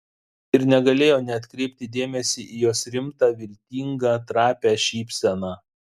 ir negalėjo neatkreipti dėmesio į jos rimtą viltingą trapią šypseną